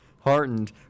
heartened